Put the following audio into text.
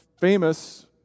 famous